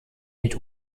mit